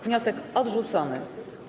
Wniosek odrzucony.